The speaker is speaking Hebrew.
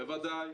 בוודאי.